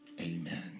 Amen